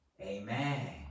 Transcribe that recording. Amen